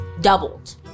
Doubled